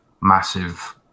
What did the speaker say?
massive